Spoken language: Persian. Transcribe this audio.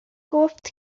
گفت